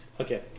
Okay